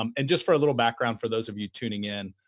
um and just for a little background, for those of you tuning in,